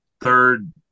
third